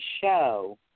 show